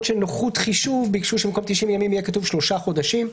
של נוחות חישוב ביקשו שבמקום 90 ימים יהיה כתוב שלושה חודשים.